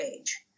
age